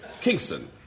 Kingston